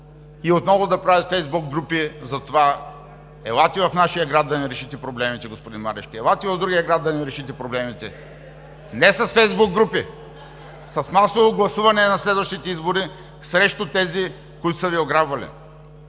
и отново да правят Фейсбук групи. Затова: „Елате в нашия град да ни решите проблемите, господин Марешки, елате в другия град да ни решите проблемите!“ Не с Фейсбук групи (смях от „БСП за България“) – с масово гласуване на следващите избори срещу тези, които са Ви ограбвали!